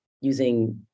using